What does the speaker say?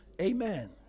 Amen